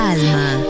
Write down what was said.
Alma